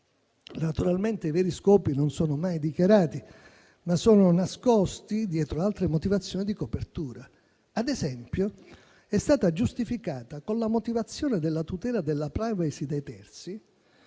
Naturalmente, i veri scopi non sono mai dichiarati, ma sono nascosti dietro altre motivazioni di copertura. Ad esempio, è stato giustificato con la motivazione della tutela della *privacy* dei terzi